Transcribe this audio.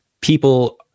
people